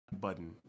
button